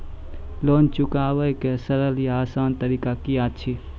Loan चुकाबै के सरल या आसान तरीका की अछि?